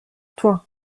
toi